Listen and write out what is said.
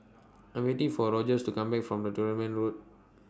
I Am waiting For Rogers to Come Back from Dunearn Road